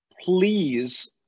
please